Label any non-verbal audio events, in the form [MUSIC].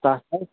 [UNINTELLIGIBLE]